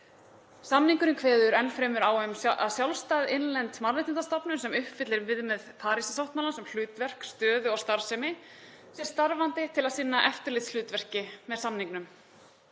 Samningurinn kveður enn fremur á um að sjálfstæð innlend mannréttindastofnun sem uppfyllir viðmið Parísarsáttmálans um hlutverk, stöðu og starfsemi sé starfandi til að sinna eftirlitshlutverki með samningnum.